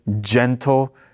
gentle